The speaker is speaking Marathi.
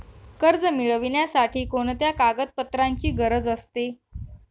कर्ज मिळविण्यासाठी कोणत्या कागदपत्रांची गरज असते?